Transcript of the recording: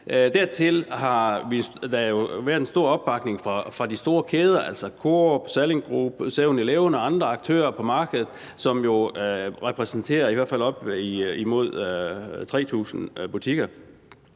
Dertil har der været en stor opbakning fra de store kæder, altså Coop, Salling Group, 7-Eleven og andre aktører på markedet, som jo repræsenterer i hvert fald op mod 3.000 butikker.